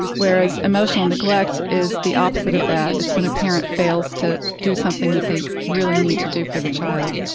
whereas emotional neglect is the opposite of that it's when a parent fails to do something that they really need to do for the child.